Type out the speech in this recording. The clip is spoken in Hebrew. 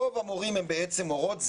רוב המורים הם בעצם מורות.